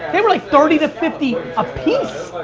they were like thirty to fifty a piece.